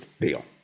deal